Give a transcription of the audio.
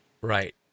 Right